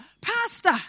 Pastor